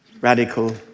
radical